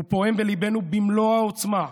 הוא פועם בליבנו במלוא העוצמה.